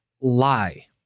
lie